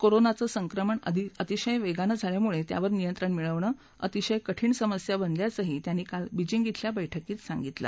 कोरोनाचं संक्रमण अतिशय वेगानं झाल्यामुळे त्यावर नियंत्रण मिळवणं अतिशय कठिण समस्या बनल्याचं त्यांनी काल बिजिंग धिल्या बैठकीत सांगितलं